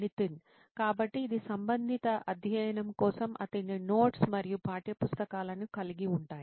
నితిన్ కాబట్టి ఇది సంబంధిత అధ్యయనం కోసం అతని నోట్స్ మరియు పాఠ్యపుస్తకాలను కలిగి ఉంటాయి